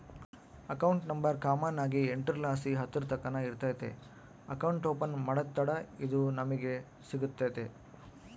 account number common ಆಗಿ ಎಂಟುರ್ಲಾಸಿ ಹತ್ತುರ್ತಕನ ಇರ್ತತೆ ಅಕೌಂಟ್ ಓಪನ್ ಮಾಡತ್ತಡ ಇದು ನಮಿಗೆ ಸಿಗ್ತತೆ